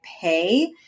pay